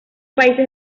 países